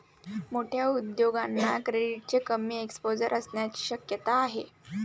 मोठ्या उद्योगांना क्रेडिटचे कमी एक्सपोजर असण्याची शक्यता आहे